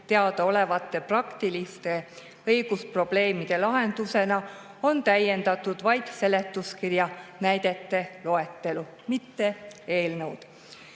teadaolevate praktiliste õigusprobleemide lahendusena täiendatud vaid seletuskirja näidete loetelu, mitte eelnõu.